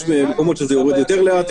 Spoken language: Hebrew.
יש מקומות שבהם זה יורד יותר לאט,